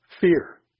Fear